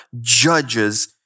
judges